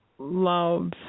love